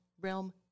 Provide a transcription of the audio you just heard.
realm